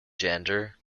gender